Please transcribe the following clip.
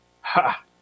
Ha